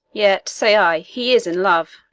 yet say i, he is in love.